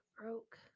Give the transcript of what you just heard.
broke